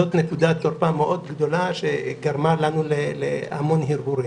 זאת נקודת תורפה מאוד גדולה שגרמה לנו להמון הרהורים.